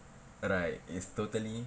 right it's totally